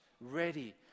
ready